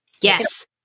Yes